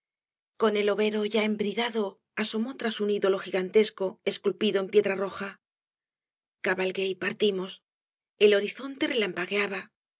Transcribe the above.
con el overo ya embridado asomó tras un ídolo gigantesco esculpido en piedra roja cabalgué y partimos el horizonte relampagueaba